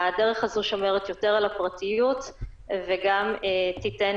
הדרך הזאת שומרת יותר על הפרטיות וגם תיתן